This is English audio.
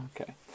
Okay